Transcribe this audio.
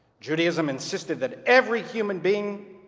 judaism insisted that every human being,